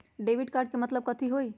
Debit card के मतलब कथी होई?